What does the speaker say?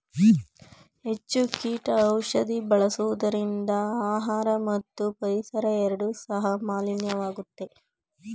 ಹೆಚ್ಚು ಕೀಟ ಔಷಧಿ ಬಳಸುವುದರಿಂದ ಆಹಾರ ಮತ್ತು ಪರಿಸರ ಎರಡು ಸಹ ಮಾಲಿನ್ಯವಾಗುತ್ತೆ